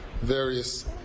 various